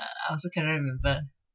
ugh I also cannot remember